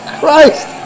Christ